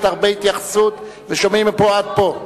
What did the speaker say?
הרבה התייחסות, ושומעים עד פה.